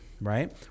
right